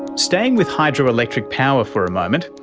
staying with hydro-electric power for a moment,